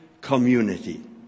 community